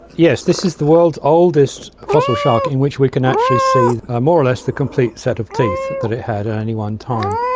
yes, this is the world's oldest fossil shark in which we can actually see more or less the complete set of teeth that it had at any one time.